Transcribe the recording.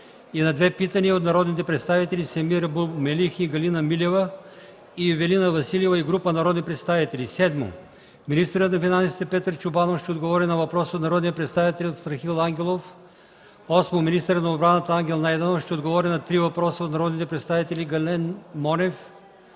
и на две питания от народните представители Семир Абу Мелих и Галина Милева, и Ивелина Василева и група народни представители. Министърът на финансите Петър Чобанов ще отговори на въпрос от народния представител Страхил Ангелов. Министърът на отбраната Ангел Найденов ще отговори на три въпроса от народните представители Гален Монев,